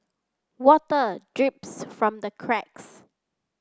water drips from the cracks